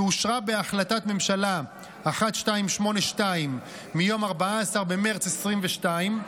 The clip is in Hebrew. שאושרה בהחלטת ממשלה 1282 מיום 14 במרץ 2022,